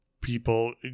people